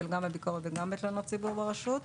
גם בביקורת וגם בתלונות ציבור ברשות.